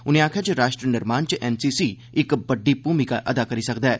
उनें आखेआ जे राश्ट्र निर्माण च एनसीसी इक बड्डी भूमिका अदा करी सकदा ऐ